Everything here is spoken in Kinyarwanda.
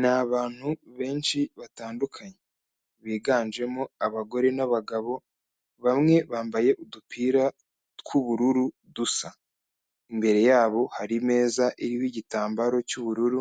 Ni abantu benshi batandukanye. Biganjemo abagore n'abagabo, bamwe bambaye udupira tw'ubururu dusa. Imbere yabo hari imeza iriho igitambaro cy'ubururu,